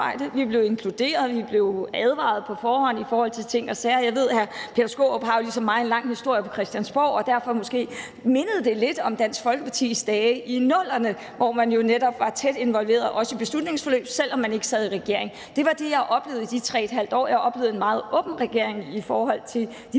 Vi blev inkluderet, vi blev advaret på forhånd om ting og sager. Jeg ved, at hr. Peter Skaarup ligesom mig har en lang historie på Christiansborg, og derfor minder det måske lidt om Dansk Folkepartis dage i 00'erne, hvor man jo netop også var tæt involveret i beslutningsforløb, selv om man ikke sad i regering. Det var det, jeg oplevede i de 3½ år. Jeg oplevede en meget åben regering i forhold til de